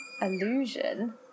illusion